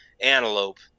antelope